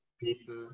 people